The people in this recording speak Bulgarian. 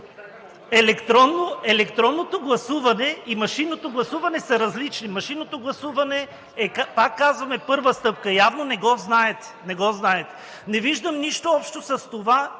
Електронното гласуване и машинното гласуване са различни. Машинното гласуване, пак казвам, е първата стъпка и явно не го знаете. Не виждам нищо общо с това